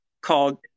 called